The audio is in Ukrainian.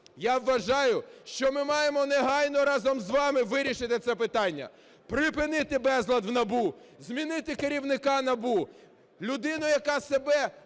Я вважаю, що ми маємо негайно разом з вами вирішити це питання. Припинити безлад в НАБУ. Змінити керівника НАБУ. Людину, яка себе абсолютно